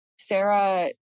Sarah